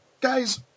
guys